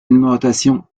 numérotation